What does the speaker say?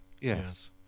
Yes